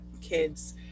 kids